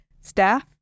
Staff